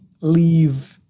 leave